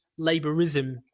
laborism